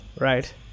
Right